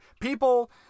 People